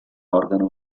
organo